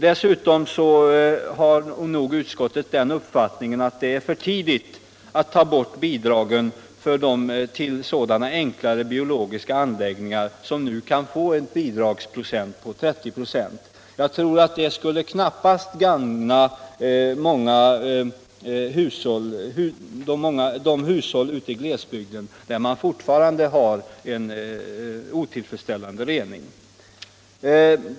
Dessutom har nog utskottet den uppfattningen att det är för tidigt att ta bort bidragen till sådana enklare biologiska anläggningar som nu kan få ett bidrag på 30 96. Jag tror knappast det skulle gagna de hushåll ute i glesbygden som fortfarande har en otillfredsttällande rening.